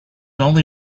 only